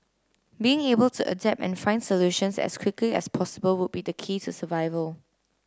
being able to adapt and find solutions as quickly as possible would be the key to survival